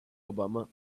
obama